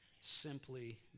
simply